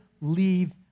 leave